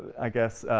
i guess,